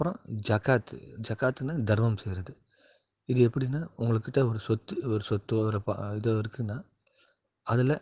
அப்புறோம் ஜகாத்து ஜகாத்துன்னா தர்மம் செய்யறது இது எப்படின்னா உங்களுக்குக்கிட்ட ஒரு சொத்து ஒரு சொத்தோ ஒரு பா இதோ இருக்குன்னா அதில்